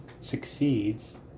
succeeds